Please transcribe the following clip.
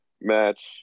match